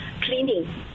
cleaning